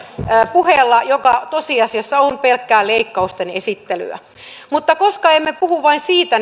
puheella joka tosiasiassa on pelkkää leikkausten esittelyä mutta koska emme puhu vain siitä